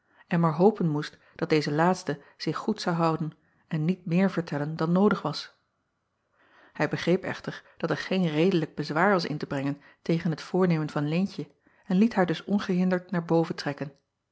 en maar hopen moest dat deze laatste zich goed zou houden en niet meer vertellen dan noodig was ij begreep echter dat er geen redelijk bezwaar was in te brengen tegen het voornemen van eentje en liet haar dus ongehinderd naar boven trekken